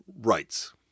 rights